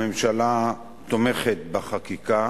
הממשלה תומכת בחקיקה